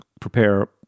prepare